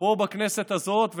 פה בכנסת הזאת,